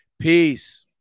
Peace